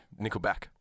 Nickelback